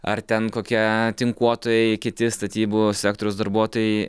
ar ten kokie tinkuotojai kiti statybų sektoriaus darbuotojai